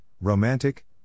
romantic